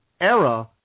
era